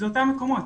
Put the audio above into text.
אלה אותם מקומות.